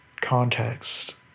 context